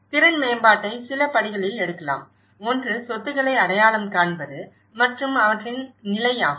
திறன் மேம்பாட்டை சில படிகளில் எடுக்கலாம் ஒன்று சொத்துக்களை அடையாளம் காண்பது மற்றும் அவற்றின் நிலை ஆகும்